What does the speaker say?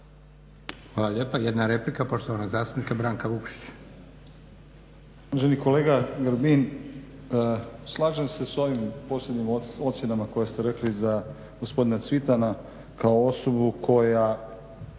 Hvala lijepa. Jedna replika, poštovanog zastupnika Branka Vukšića.